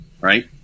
right